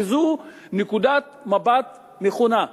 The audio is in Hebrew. וזו נקודת מבט נכונה.